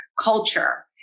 culture